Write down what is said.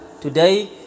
Today